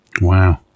Wow